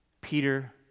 Peter